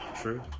True